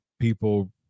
people